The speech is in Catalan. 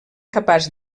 capaç